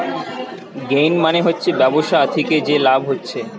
gain মানে হচ্ছে ব্যবসা থিকে যে লাভ হচ্ছে